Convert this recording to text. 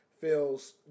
feels